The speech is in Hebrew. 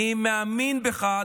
אני מאמין בך,